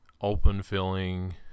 open-filling